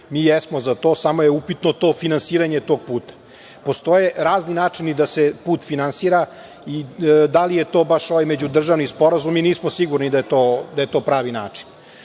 Mi jesmo za to, samo je upitno to finansiranje tog puta. Postoje razni načini da se put finansira. Da li je to baš ovaj međudržavni sporazum mi nismo sigurni da je to pravi način. Pored